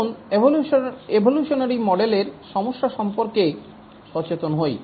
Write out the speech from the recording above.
আসুন এভোলিউশনারী মডেলের সমস্যা সম্পর্কে সচেতন হই